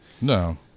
No